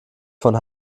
von